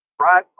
right